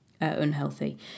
unhealthy